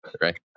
right